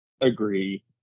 agree